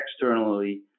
externally